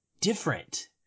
different